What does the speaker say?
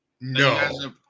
No